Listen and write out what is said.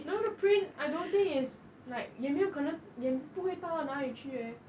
no the print I don't think is like 没有可能也不会大到那里去呃